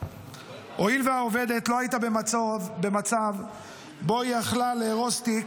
הואיל והעובדת לא הייתה במצב שבו היא יכלה לארוז תיק,